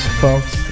folks